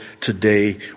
today